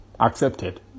accepted